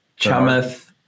Chamath